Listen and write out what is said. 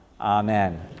Amen